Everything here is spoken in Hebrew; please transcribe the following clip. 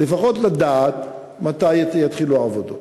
כדי לפחות לדעת מתי יתחילו העבודות.